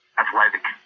athletic